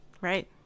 Right